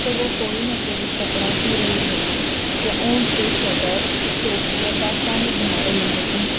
تو وہ کوئی نہ کوئی کپڑا سی رہی ہوتیں یا اون سے سویٹر ٹوپی یا دستانے بنا رہی ہوتیں